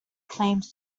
claims